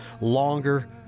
longer